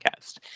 podcast